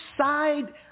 side